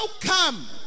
come